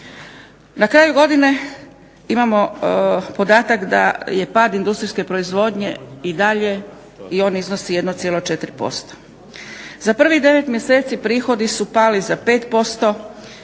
Na kraju godine imamo podatak da je pad industrijske proizvodnje i dalje i on iznosi 1,4%. Za prvih 9 mjeseci prihodi su pali za 5%,